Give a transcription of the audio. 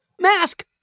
Mask